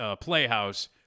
playhouse